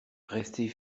rester